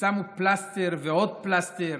ושמו פלסטר ועוד פלסטר